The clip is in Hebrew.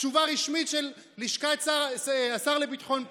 תשובה רשמית של לשכת השר לביטחון פנים.